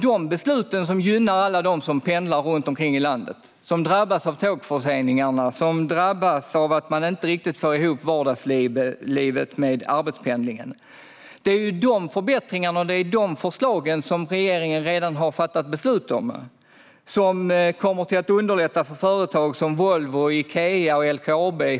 De besluten gynnar alla som pendlar runt omkring i landet och som drabbas av tågförseningarna och av att inte riktigt få ihop vardagslivet med arbetspendlingen. De förbättringarna och de förslagen har regeringen redan fattat beslut om, och de kommer att underlätta för företag som Volvo, Ikea och LKAB.